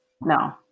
No